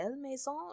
Maison